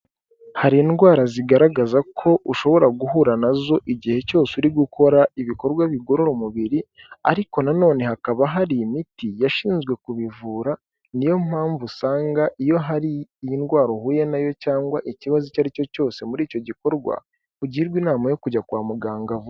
Hari indwara zigaragaza ko ushobora guhura na zo igihe cyose uri gukora ibikorwa bigorora umubiri, ariko na none hakaba hari imiti yashinzwe kubivura, ni yo mpamvu usanga iyo hari iyi ndwara uhuye na yo cyangwa ikibazo icyo ari cyo cyose muri icyo gikorwa, ugirwa inama yo kujya kwa muganga vuba.